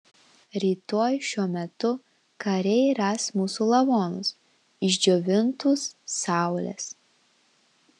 rytoj šiuo metu kariai ras mūsų lavonus išdžiovintus saulės